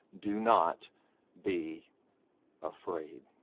do not be afraid.